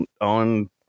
on